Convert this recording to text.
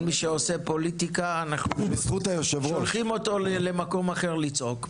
כל מי שעושה פוליטיקה אנחנו שולחים אותו למקום אחר לצעוק.